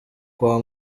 kwa